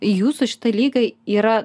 jūsų šitai lygai yra